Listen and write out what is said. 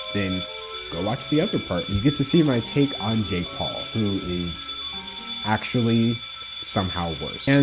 then go watch the other part. and you get to see my take on jake paul, who is actually somehow worse. and